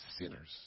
sinners